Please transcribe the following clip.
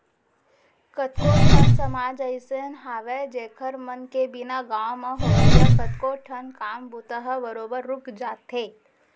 कतको ठन समाज अइसन हावय जेखर मन के बिना गाँव म होवइया कतको ठन काम बूता ह बरोबर रुक जाथे